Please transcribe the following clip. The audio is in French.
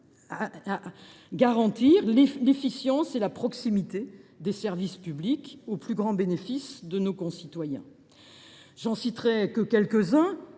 garantir l’efficience et la proximité des services publics au plus grand bénéfice de nos concitoyens. Ainsi, plusieurs